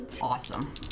Awesome